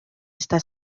está